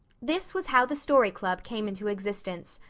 this was how the story club came into existence.